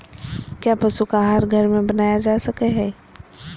क्या पशु का आहार घर में बनाया जा सकय हैय?